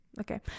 Okay